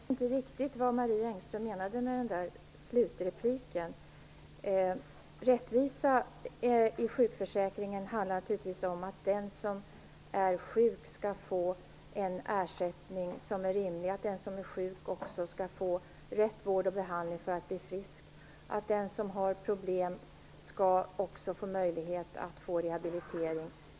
Herr talman! Jag vet inte riktigt vad Marie Engström menade med sin slutreplik. Rättvisa i sjukförsäkringen handlar naturligtvis om att den som är sjuk skall få en ersättning som är rimlig, att den som är sjuk också skall få rätt vård och behandling för att bli frisk, att den som har problem skall få möjlighet till rehabilitering.